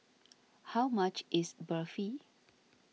how much is Barfi